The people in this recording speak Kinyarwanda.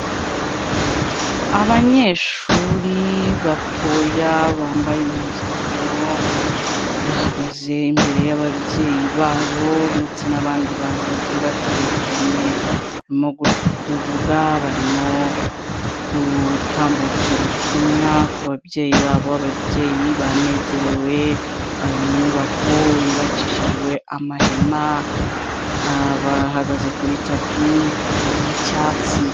Abanyeshuri batoya bambaye impuzankano bahagaze imbere y'ababyeyi babo ndetse n'abandi bantu bagiye batandukanye mu kuvuga barimo kutambutsa ubutumwa ku babyeyi babo, ababyeyi banezerewe bari mu nyubako yubakishijwe amahema bahagaze kuri tapi yi'icyatsi.